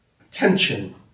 attention